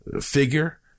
figure